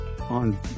on